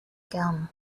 gum